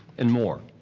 and more.